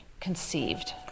conceived